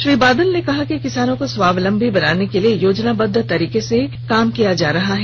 श्री बादल ने कहा कि किसानों को स्वावलंबी बनाने के लिए योजनाबंद्व तरीके से कार्य कर रही है